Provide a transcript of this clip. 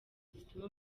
zituma